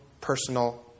personal